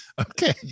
Okay